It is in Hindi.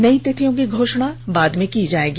नई तिथियों की घोषणा बाद में की जाएगी